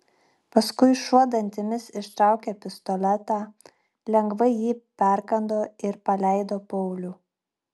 paskui šuo dantimis ištraukė pistoletą lengvai jį perkando ir paleido paulių